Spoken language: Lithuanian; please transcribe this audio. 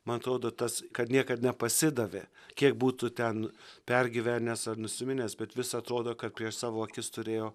man atrodo tas kad niekad nepasidavė kiek būtų ten pergyvenęs ar nusiminęs bet vis atrodo kad prieš savo akis turėjo